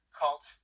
cult